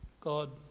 God